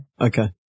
Okay